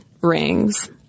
rings